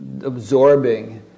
absorbing